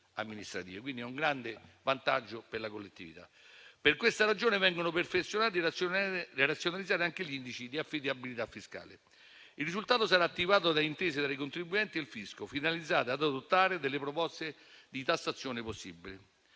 quindi è un grande vantaggio per la collettività. Per questa ragione vengono perfezionati e razionalizzati anche gli indici di affidabilità fiscale. Il risultato sarà attivato da intese tra i contribuenti e il fisco, finalizzate ad adottare delle proposte di tassazione possibile.